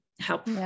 help